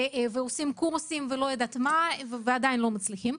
עושים קורסים ועדיין לא מצליחים,